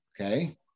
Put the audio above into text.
Okay